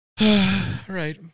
Right